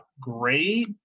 great